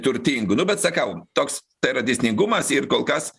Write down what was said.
turtingų nu bet sakau toks tai yra dėsningumas ir kol kas